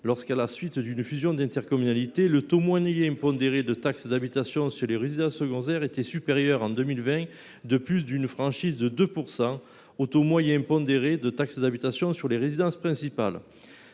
lorsqu’à la suite d’une fusion d’intercommunalités le taux moyen pondéré de taxe d’habitation sur les résidences secondaires était supérieur en 2020 de plus d’une franchise de 2 % au taux moyen pondéré de taxe d’habitation sur les résidences principales.